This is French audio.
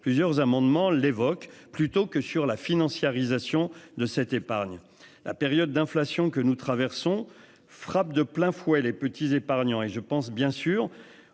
Plusieurs amendements l'évoque plutôt que sur la financiarisation de cette épargne la période d'inflation que nous traversons frappe de plein fouet les petits épargnants et je pense bien sûr